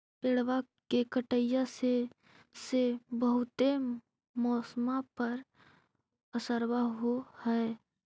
पेड़बा के कटईया से से बहुते मौसमा पर असरबा हो है?